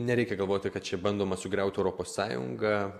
nereikia galvoti kad čia bandoma sugriauti europos sąjungą